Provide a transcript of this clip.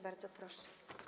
Bardzo proszę.